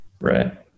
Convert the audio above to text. Right